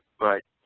but